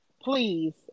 please